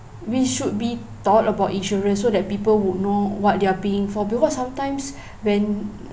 we should be taught about insurance so that people would know what they are paying for because sometimes when